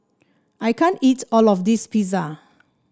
I can't eat all of this Pizza